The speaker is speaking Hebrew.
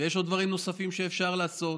ויש עוד דברים נוספים שאפשר לעשות,